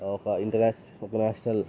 ఒక international international